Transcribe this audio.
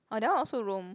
orh that one also Rome